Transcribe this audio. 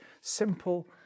simple